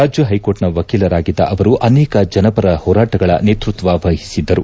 ರಾಜ್ಯ ಹೈಕೋರ್ಟ್ನ ವಕೀಲರಾಗಿದ್ದ ಅವರು ಅನೇಕ ಜನಪರ ಹೋರಾಟಗಳ ನೇತೃತ್ವವಹಿಸಿದ್ದರು